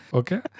okay